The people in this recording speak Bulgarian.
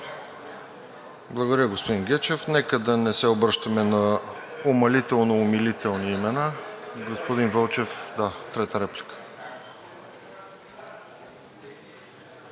Благодаря, господин Гечев. Нека да не се обръщаме на умалително-умилителни имена. Трета реплика